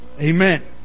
Amen